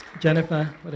Jennifer